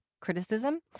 criticism